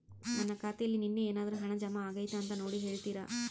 ನನ್ನ ಖಾತೆಯಲ್ಲಿ ನಿನ್ನೆ ಏನಾದರೂ ಹಣ ಜಮಾ ಆಗೈತಾ ಅಂತ ನೋಡಿ ಹೇಳ್ತೇರಾ?